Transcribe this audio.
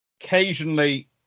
occasionally